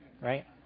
right